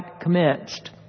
commenced